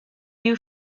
you